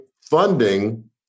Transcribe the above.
funding